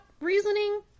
reasoning